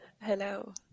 Hello